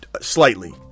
slightly